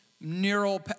neural